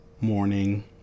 morning